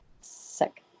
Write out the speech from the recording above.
Sick